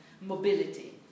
Mobility